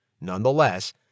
Nonetheless